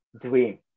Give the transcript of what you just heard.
dream